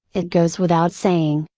it goes without saying,